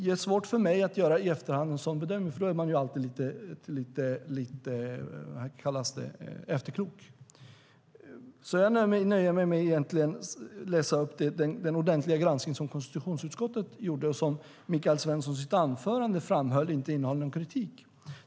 Det är svårt för mig att i efterhand göra en sådan bedömning, för då är man alltid lite efterklok. Jag nöjer mig därför med att läsa upp den ordentliga granskning som konstitutionsutskottet gjorde och som Michael Svensson i sitt anförande framhöll inte innehåller någon kritik.